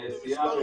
אני יודע.